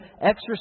exercise